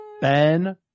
Ben